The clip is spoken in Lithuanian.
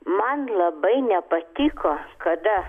man labai nepatiko kada